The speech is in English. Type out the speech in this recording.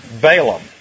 Balaam